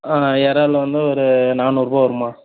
ஆ இறால் வந்து ஒரு நானூறுரூவா வரும் அம்மா